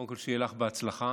שיהיה לך בהצלחה.